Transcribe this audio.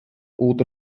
oder